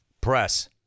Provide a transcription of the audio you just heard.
press